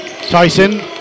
Tyson